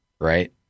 right